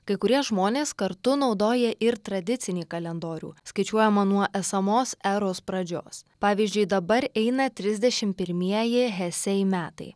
kai kurie žmonės kartu naudoja ir tradicinį kalendorių skaičiuojamą nuo esamos eros pradžios pavyzdžiui dabar eina trisdešim pirmieji heisei metai